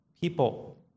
people